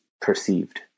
perceived